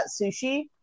sushi